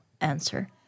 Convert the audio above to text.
answer